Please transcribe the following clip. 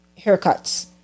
haircuts